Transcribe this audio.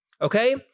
Okay